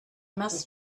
must